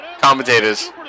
commentators